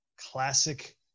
classic